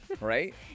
right